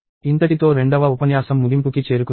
ఇంతటితో రెండవ ఉపన్యాసం ముగింపుకి చేరుకున్నాము